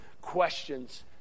questions